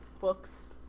books